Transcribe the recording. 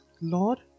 lord